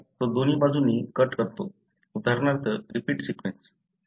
तर तो दोन्ही बाजूंनी कट करतो उदाहरणार्थ रिपीट सीक्वेन्स